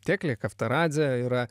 teklė kaftaradzė yra